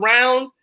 Round